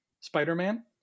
Spider-Man